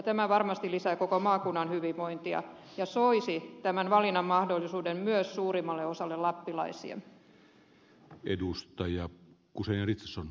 tämä varmasti lisää koko maakunnan hyvinvointia ja soisi tämän valinnanmahdollisuuden myös suurimmalle osalle lappilaisia